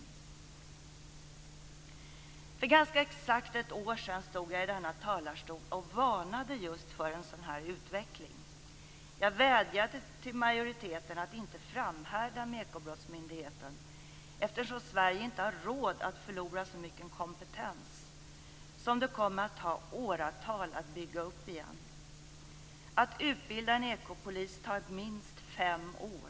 För ganska exakt ett år sedan stod jag i denna talarstol och varnade just för en sådan här utveckling. Jag vädjade till majoriteten att inte framhärda med Ekobrottsmyndigheten, eftersom Sverige inte har råd att förlora så mycken kompetens. Det kommer att ta åratal att bygga upp den igen. Att utbilda en ekopolis tar minst fem år.